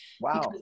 Wow